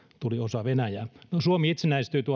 tuli osa venäjää suomi itsenäistyi